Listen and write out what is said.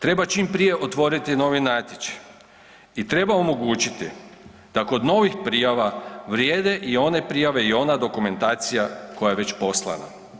Treba čim prije otvoriti novi natječaj i treba omogućiti da kod novih prijava vrijede i ona prijave i ona dokumentacija koja je već poslana.